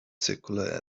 circular